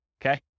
Okay